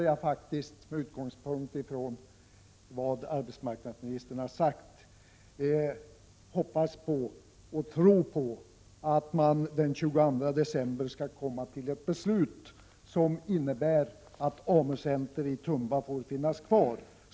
Jag vågar hoppas och tro på att man den 22 december skall komma fram till ett beslut som innebär att AMU-centret i Tumba får finnas kvar.